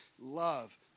love